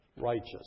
righteous